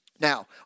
Now